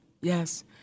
Yes